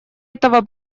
этого